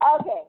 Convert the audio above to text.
okay